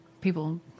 People